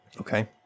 Okay